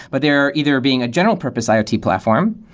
but they are either being a general-purpose iot platform,